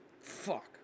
Fuck